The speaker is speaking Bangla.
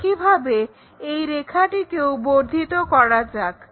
একইভাবে এই রেখাটিকেও বর্ধিত করা যাক